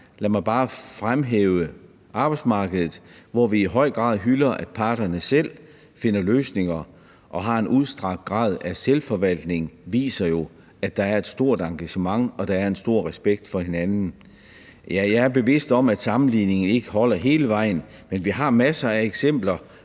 lad mig bare fremhæve arbejdsmarkedet, hvor vi i høj grad hylder, at parterne selv finder løsninger og har en udstrakt grad af selvforvaltning – at der er et stort engagement, og at der er en stor respekt for hinanden. Ja, jeg er bevidst om, at sammenligningen ikke holder hele vejen, men vi har masser af eksempler